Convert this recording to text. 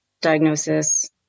diagnosis